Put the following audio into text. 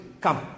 Come